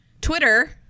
Twitter